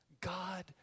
God